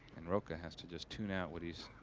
and rocca has to just tune out what he's